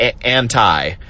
anti